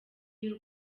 y’u